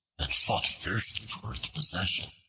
and fought fiercely for its possession.